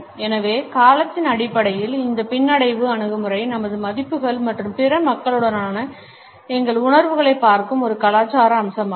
எனவே காலத்தின் அடிப்படையில் இந்த பின்னடைவு அணுகுமுறை நமது மதிப்புகள் மற்றும் பிற மக்களுடனான எங்கள் உறவுகளைப் பார்க்கும் ஒரு கலாச்சார அம்சமாகும்